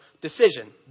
decision